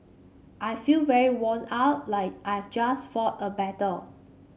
I feel very worn out like I've just fought a battle